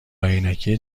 عینکی